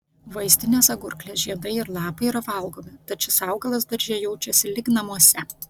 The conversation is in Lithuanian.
vaistinės agurklės žiedai ir lapai yra valgomi tad šis augalas darže jaučiasi lyg namuose